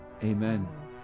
Amen